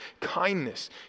kindness